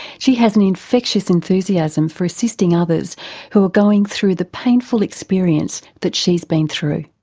she has an infectious enthusiasm for assisting others who are going through the painful experience that she's been through.